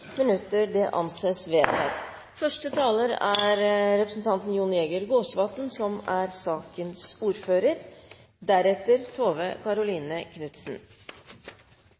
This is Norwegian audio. minutter. – Det anses vedtatt. Tove Karoline Knutsen